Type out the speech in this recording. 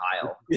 Kyle